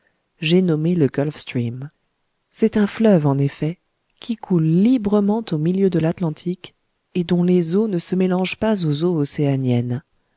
j'ai nommé le gulf stream c'est un fleuve en effet qui coule librement au milieu de l'atlantique et dont les eaux ne se mélangent pas aux eaux océaniennes